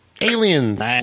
aliens